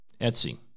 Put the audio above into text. Etsy